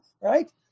right